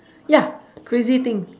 ya crazy thing